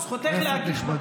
הוא פנה גם אליי ישירות.